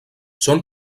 són